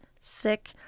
sick